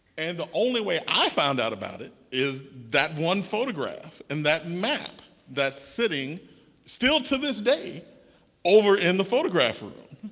and the only way i found out about it is that one photograph and that map that's sitting still to this day over in the photograph room.